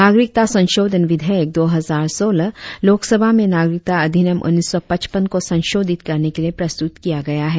नागरिकता संशोधन विधेयक दो हजार सोलह लोक सभा में नागरिकता अधिनियम उन्नीस सौ पचपन को संशोधित करने के लिए प्रस्तुत किया गया है